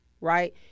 Right